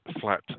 flat